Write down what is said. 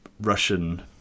Russian